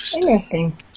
Interesting